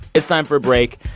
it's time for a break.